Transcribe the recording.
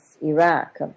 Iraq